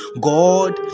god